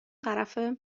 طرفه